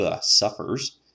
suffers